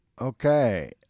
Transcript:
Okay